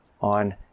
on